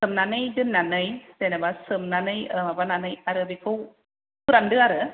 सोमनानै दोननानै जेनबा सोमनानै माबानानै आरो बिखौ फोरानदो आरो